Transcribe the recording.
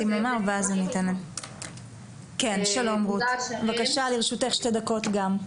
גם לרשותך שתי דקות.